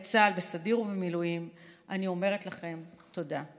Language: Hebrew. צה"ל בסדיר ובמילואים אני אומרת לכם תודה.